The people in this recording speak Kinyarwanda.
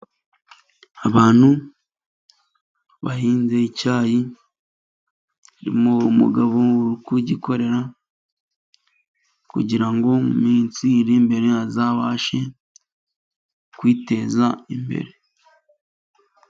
Abantu bahinze icyayi harimo umugabo urimo kugikorera, kugira ngo mu minsi iri imbere azabashe kwiteza imbere.